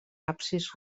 absis